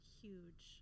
huge